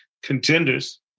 contenders